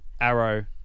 Arrow